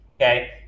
okay